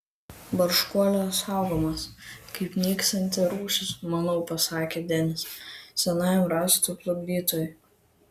barškuolės saugomos kaip nykstanti rūšis manau pasakė denis senajam rąstų plukdytojui